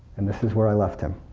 and this is where i left him.